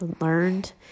learned